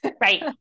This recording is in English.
Right